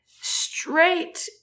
straight